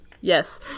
yes